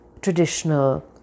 traditional